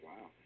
Wow